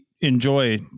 enjoy